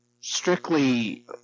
strictly